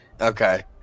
Okay